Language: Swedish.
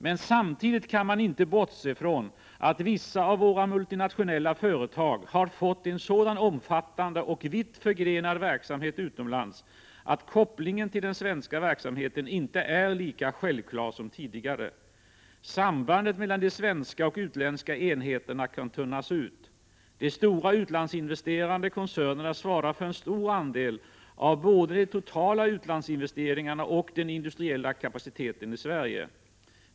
Men samtidigt kan man inte bortse från att vissa av våra multinationella företag har fått en sådan omfattande och vitt förgrenad verksamhet utomlands att kopplingen till den svenska verksamheten inte är lika självklar som tidigare. Sambandet mellan de svenska och utländska enheterna kan tunnas ut. De stora utlandsinvesterande koncernerna svarar för en stor andel av både de totala utlandsinvesteringarna och den industriella kapaciteten i Sverige.